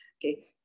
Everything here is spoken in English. okay